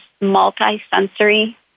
multi-sensory